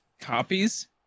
Copies